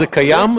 זה קיים?